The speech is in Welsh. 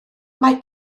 mae